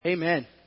Amen